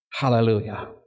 Hallelujah